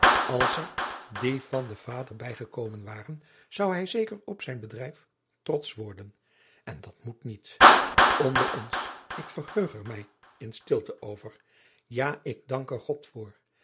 als er die van den vader bij gekomen waren zou hij zeker op zijn bedrijf trotsch worden en dat moet niet onder ons ik verheug er mij in stilte over ja ik dank er god voor